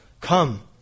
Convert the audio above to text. come